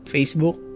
Facebook